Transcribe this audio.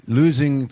losing